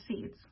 seeds